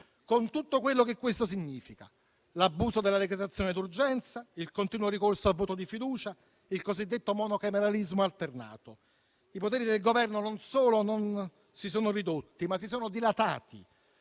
con tutto quello che questo significa: l'abuso della decretazione d'urgenza, il continuo ricorso al voto di fiducia e il cosiddetto monocameralismo alternato. I poteri del Governo non solo non si sono ridotti, ma si sono dilatati